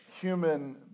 human